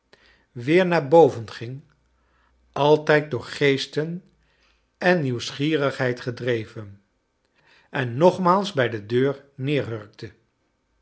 weer naar boven ging altrjd door geesten en nieuwsgierigheid gedreven en nogmaals brj de deur